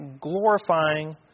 glorifying